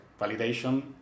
validation